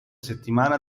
settimana